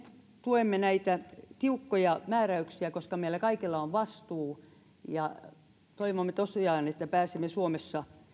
tuemme näitä tiukkoja määräyksiä koska meillä kaikilla on vastuu toivomme tosiaan että pääsemme suomessa